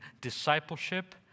discipleship